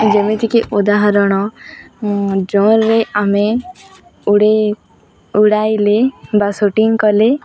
ଯେମିତିକି ଉଦାହରଣ ଡ୍ରୋନ୍ରେ ଆମେ ଉଡ଼ାଇ ଉଡ଼ାଇଲେ ବା ସୁଟିଙ୍ଗ କଲେ